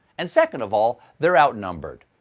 and, second of all, they're outnumbered.